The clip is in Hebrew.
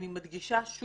אני מדגישה שוב,